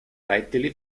rettili